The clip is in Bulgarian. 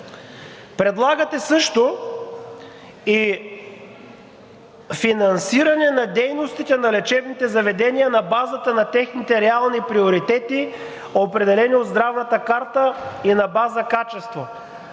Предлагате също и финансиране на дейностите на лечебните заведения на базата на техните реални приоритети, определени от Здравната карта и на база качество.